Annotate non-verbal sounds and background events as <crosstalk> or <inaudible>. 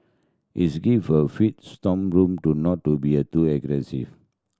is give for free <unintelligible> room to not to be a too aggressive